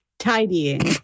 Tidying